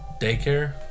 Daycare